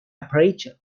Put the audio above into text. aperture